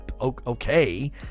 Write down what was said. okay